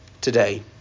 today